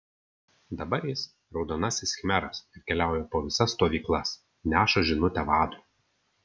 dabar jis raudonasis khmeras ir keliauja po visas stovyklas neša žinutę vadui